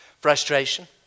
frustration